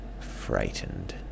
frightened